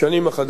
אמרתי,